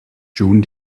june